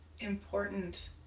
important